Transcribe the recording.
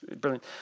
brilliant